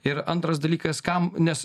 ir antras dalykas kam nes